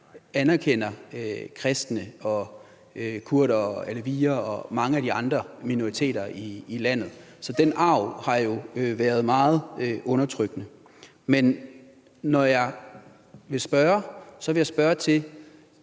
anerkender kristne og kurdere og mange af de andre minoriteter i landet. Så den arv har jo været meget undertrykkende. Det er jo ikke nyt, at Dansk Folkeparti